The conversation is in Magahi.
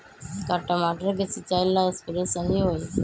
का टमाटर के सिचाई ला सप्रे सही होई?